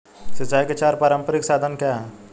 सिंचाई के चार पारंपरिक साधन क्या हैं?